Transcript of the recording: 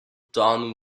don